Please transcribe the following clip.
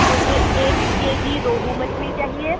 मुझे एक K G rohu मछली चाहिए